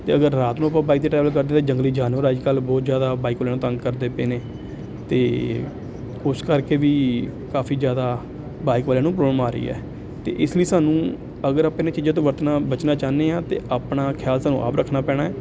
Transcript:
ਅਤੇ ਅਗਰ ਰਾਤ ਨੂੰ ਆਪਾਂ ਬਾਈਕ 'ਤੇ ਟਰੈਵਲ ਕਰਦੇ ਤਾਂ ਜੰਗਲੀ ਜਾਨਵਰ ਅੱਜ ਕੱਲ੍ਹ ਬਹੁਤ ਜ਼ਿਆਦਾ ਬਾਈਕ ਵਾਲਿਆਂ ਨੂੰ ਤੰਗ ਕਰਦੇ ਪਏ ਨੇ ਅਤੇ ਉਸ ਕਰਕੇ ਵੀ ਕਾਫੀ ਜ਼ਿਆਦਾ ਬਾਈਕ ਵਾਲਿਆਂ ਨੂੰ ਪ੍ਰੋਬਲਮ ਆ ਰਹੀ ਹੈ ਅਤੇ ਇਸ ਲਈ ਸਾਨੂੰ ਅਗਰ ਆਪਣੇ ਚੀਜ਼ਾਂ ਤੋਂ ਵਰਤਣਾ ਬਚਣਾ ਚਾਹੁੰਦੇ ਹਾਂ ਤਾਂ ਆਪਣਾ ਖਿਆਲ ਸਾਨੂੰ ਆਪ ਰੱਖਣਾ ਪੈਣਾ